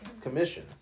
commission